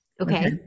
Okay